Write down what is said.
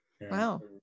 Wow